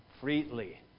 freely